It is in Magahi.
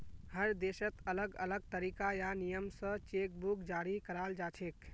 हर देशत अलग अलग तरीका या नियम स चेक बुक जारी कराल जाछेक